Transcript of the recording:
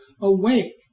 awake